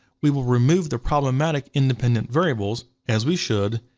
we will remove the problematic independent variables, as we should,